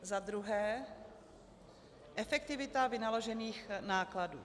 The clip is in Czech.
Za druhé efektivita vynaložených nákladů.